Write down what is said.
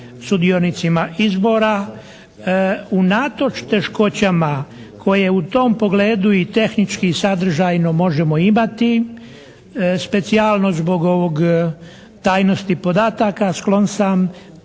sudionicima izbora. Unatoč teškoćama koje u tom pogledu i tehnički i sadržajno možemo imati specijalno zbog ovog tajnosti podataka sklon sam